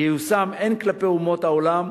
ייושם הן כלפי אומות העולם